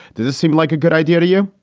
does this seem like a good idea to you?